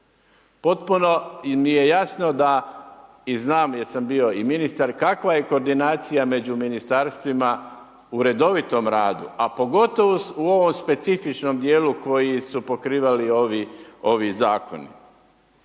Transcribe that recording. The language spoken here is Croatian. Potpuno mi je jasno da i znam jer sam bio i ministar kakva je koordinacija među ministarstvima u redovitom radu, a pogotovo u ovom specifičnom dijelu koji su pokrivali ovi zakoni.